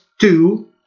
two